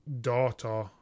daughter